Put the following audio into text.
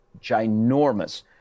ginormous